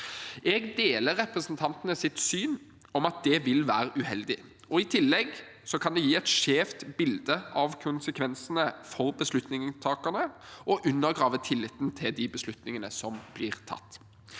Jeg deler representantenes syn om at det vil være uheldig. I tillegg kan det gi et skjevt bilde av konsekvensene for beslutningstakerne og undergrave tilliten til beslutningene som blir tatt.